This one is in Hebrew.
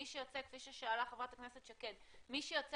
כפי ששאלה חברת הכנסת שקד מי שיוצא